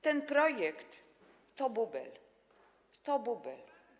Ten projekt to bubel, to bubel.